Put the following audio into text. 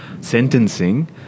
sentencing